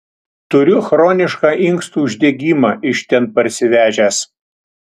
turiu chronišką inkstų uždegimą iš ten parsivežęs